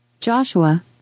Joshua